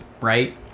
right